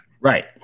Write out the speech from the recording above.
Right